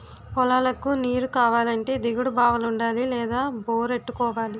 పొలాలకు నీరుకావాలంటే దిగుడు బావులుండాలి లేదా బోరెట్టుకోవాలి